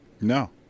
No